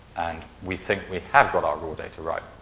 and we think we have got our raw data right.